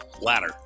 Ladder